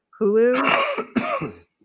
Hulu